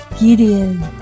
Gideon